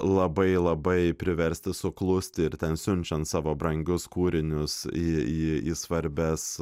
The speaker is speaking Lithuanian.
labai labai priversti suklusti ir ten siunčiant savo brangius kūrinius į į į svarbias